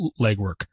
legwork